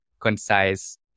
concise